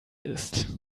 ist